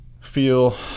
feel